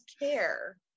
care